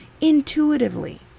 intuitively